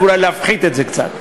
ואולי להפחית את זה קצת,